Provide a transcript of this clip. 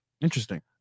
Interesting